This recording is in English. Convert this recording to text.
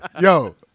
Yo